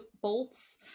bolts